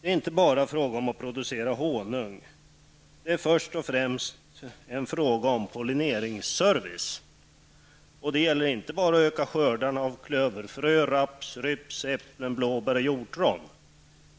Det är inte bara fråga om att producera honung. Det är först och främst en fråga om pollineringsservice. Det gäller inte heller bara att öka skördarna av klöverfrö, raps, rybs, äpplen, blåbär och hjortron.